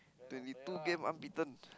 twenty two game unbeaten